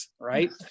right